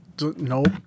Nope